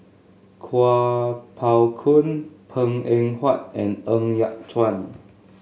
Kuo Pao Kun Png Eng Huat and Ng Yat Chuan